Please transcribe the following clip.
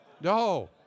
No